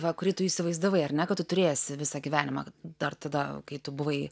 va kurį tu įsivaizdavai ar ne kad tu turėsi visą gyvenimą dar tada kai tu buvai